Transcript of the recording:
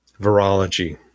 virology